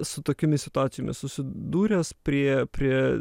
su tokiomis situacijomis susidūręs prie prie